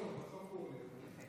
לא, בסוף הוא עולה.